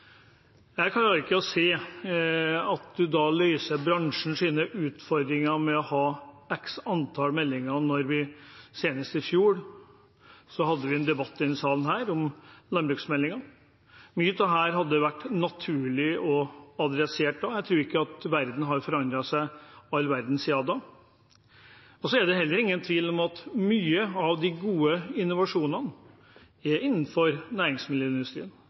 Jeg klarer ikke å se at man løser bransjens utfordringer ved å ha x antall meldinger. Senest i fjor hadde vi en debatt i denne salen om landbruksmeldingen. Mye av dette hadde det vært naturlig at man adresserte da. Jeg tror ikke verden har forandret seg så mye siden da. Så er det heller ingen tvil om at mange av de gode innovasjonene er innenfor